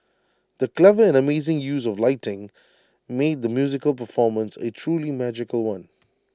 the clever and amazing use of lighting made the musical performance A truly magical one